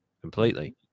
completely